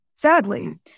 Sadly